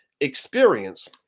experience